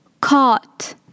Caught